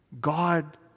God